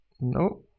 no